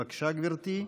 בבקשה, גברתי.